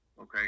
Okay